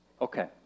Okay